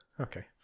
Okay